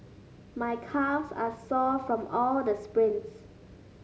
my calves are sore from all the sprints